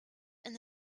and